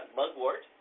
mugwort